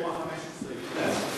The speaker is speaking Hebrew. ופורום ה-15 אתכם?